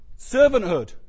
Servanthood